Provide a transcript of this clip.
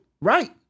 Right